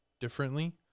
differently